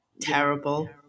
terrible